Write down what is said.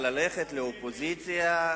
ללכת לקואליציה,